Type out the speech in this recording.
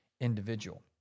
individual